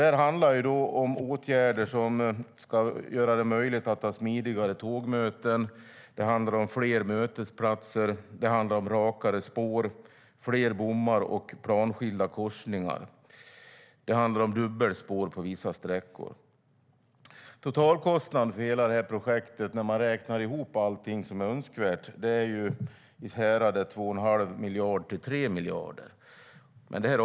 Det handlar om åtgärder som ska göra det möjligt att ha smidigare tågmöten, om fler mötesplatser, rakare spår, fler bommar och planskilda korsningar och dubbelspår på vissa sträckor. Totalkostnaden för hela projektet, när man räknar ihop allt som är önskvärt, är ungefär 2 1⁄2-3 miljarder.